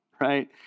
Right